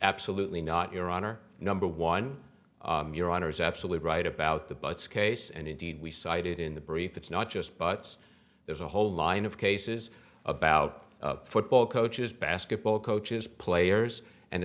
absolutely not your honor number one your honor is absolutely right about the buts case and indeed we cited in the brief it's not just buts there's a whole line of cases about football coaches basketball coaches players and